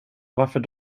varför